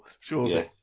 surely